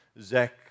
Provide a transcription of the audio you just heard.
Zach